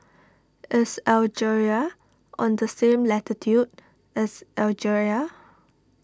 is Algeria on the same latitude as Algeria